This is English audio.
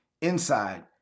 inside